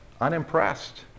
unimpressed